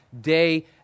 day